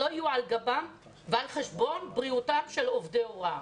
לא יהיו על גבם ועל חשבון בריאותם של עובדי הוראה.